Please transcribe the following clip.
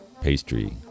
pastry